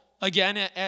again